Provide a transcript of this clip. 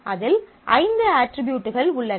அதில் ஐந்து அட்ரிபியூட்கள் உள்ளன